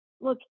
look